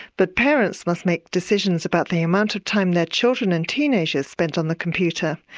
but parents must make decisions about the amount of time their children and teenagers spend on the computer.